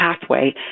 pathway